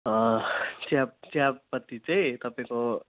चिया चियापत्ती चाहिँ तपाईँको